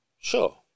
Sure